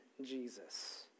Jesus